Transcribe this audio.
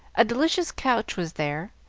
a delicious couch was there,